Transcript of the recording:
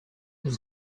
his